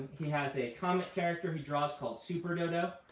he has a comic character he draws called super dodo,